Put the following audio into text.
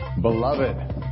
Beloved